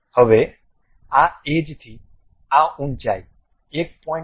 હવે આ એજ થી આ ઉંચાઇ 1